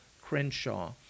Crenshaw